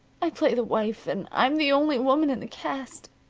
i play the wife, and i'm the only woman in the cast.